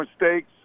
mistakes